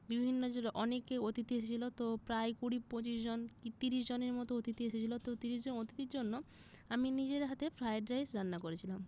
বিভিন্ন যে অনেকই অতিথি এসেছিলো তো প্রায় কুড়ি পঁচিশ জন কি তিরিশ জনের মতো অতিথি এসেছিলো তো তিরিশ জন অতিথির জন্য আমি নিজের হাতে ফ্রায়েড রাইস রান্না করেছিলাম